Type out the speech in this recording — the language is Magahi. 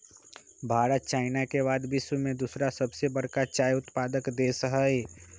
भारत चाइना के बाद विश्व में दूसरा सबसे बड़का चाय उत्पादक देश हई